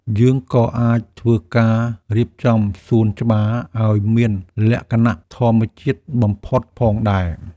យើងក៏អាចធ្វើការរៀបចំសួនច្បារឱ្យមានលក្ខណៈធម្មជាតិបំផុតផងដែរ។